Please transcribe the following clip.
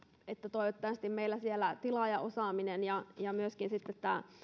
toivottavasti meillä siellä tilaajaosaaminen ja ja myöskin sitten tämä